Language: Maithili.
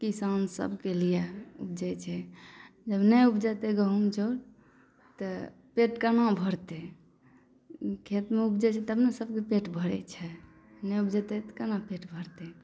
किसानसबके लिए उपजै छै जब नहि उपजेतै गहूम चाउर तऽ पेट कोना भरतै खेतमे उपजै छै तब ने सबके पेट भरै छै नहि उपजेतै तऽ कोना पेट भरतै